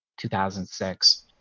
2006